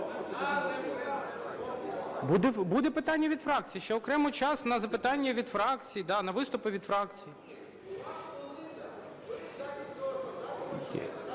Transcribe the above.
Буде питання від фракцій, ще окремо час на запитання від фракцій, да, на виступи від фракцій.